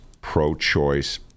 pro-choice